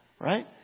right